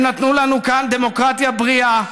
הם נתנו לנו כאן דמוקרטיה בריאה,